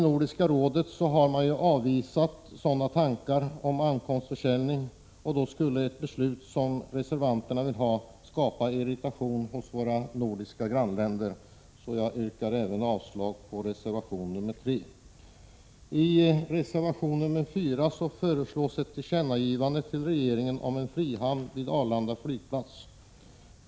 Nordiska rådet har ställt sig avvisande till tankar på ankomstförsäljning, och ett sådant beslut som reservanterna vill ha skulle därför skapa irritation hos våra grannländer. Jag yrkar följaktligen avslag på reservation nr 3. I reservation nr 4 föreslås ett tillkännagivande till regeringen om en frihamn vid Arlanda flygplats.